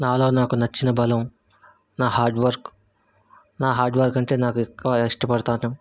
నాలో నాకు నచ్చిన బలం నా హార్డ్వర్క్ నా హార్డ్వర్క్ అంటే నాకు ఎక్కువ ఇష్టపడ్తాను